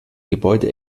gebäude